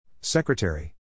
Secretary